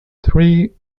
three